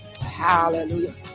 Hallelujah